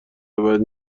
بدی